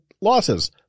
losses